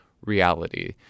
Reality